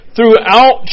Throughout